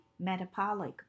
metabolic